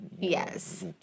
Yes